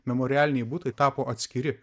memorialiniai butai tapo atskiri